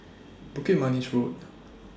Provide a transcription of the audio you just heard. Bukit Manis Road